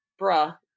bruh